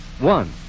One